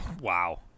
Wow